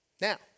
Now